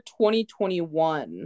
2021